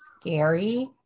scary